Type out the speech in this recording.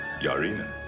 Yarina